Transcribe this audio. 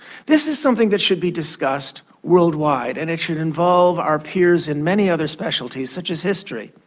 this is something that should be discussed worldwide and it should involve our peers in many other specialties such as history.